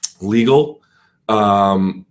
legal